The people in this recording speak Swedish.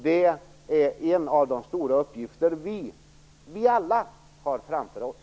Det är en av de stora uppgifter vi alla har framför oss.